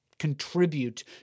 contribute